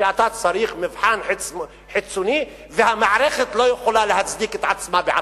שאתה צריך מבחן חיצוני והמערכת לא יכולה להצדיק את עצמה בעצמה.